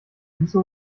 füße